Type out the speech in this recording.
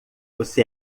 você